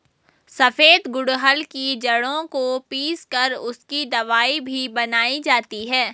सफेद गुड़हल की जड़ों को पीस कर उसकी दवाई भी बनाई जाती है